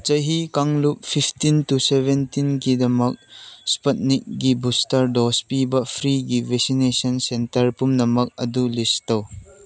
ꯆꯍꯤ ꯀꯥꯡꯂꯨꯞ fifteen to ꯁꯕꯦꯟꯇꯤꯟꯀꯤꯗꯃꯛ ꯁ꯭ꯄꯨꯠꯅꯤꯛꯀꯤ ꯕꯨꯁꯇꯔ ꯗꯣꯁ ꯄꯤꯕ ꯐ꯭ꯔꯤꯒꯤ ꯚꯦꯁꯤꯅꯦꯁꯟ ꯁꯦꯟꯇꯔ ꯄꯨꯝꯅꯃꯛ ꯑꯗꯨ ꯂꯤꯁ ꯇꯧ